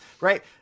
Right